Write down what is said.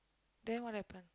then what happen